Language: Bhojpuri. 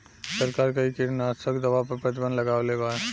सरकार कई किटनास्क दवा पर प्रतिबन्ध लगवले बा